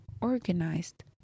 organized